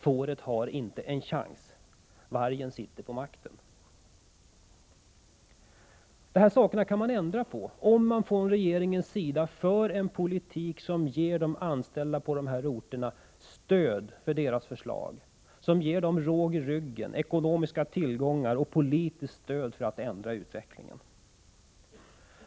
Fåret har inte en chans — vargen har makten. Det här är sådant som man kan ändra på, om regeringen för en politik som ger de anställda på dessa orter stöd för deras förslag, ger dem råg i ryggen, ekonomiska tillgångar och politiskt stöd för att ändra utvecklingen.